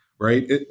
Right